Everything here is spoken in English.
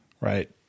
right